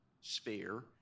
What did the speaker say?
sphere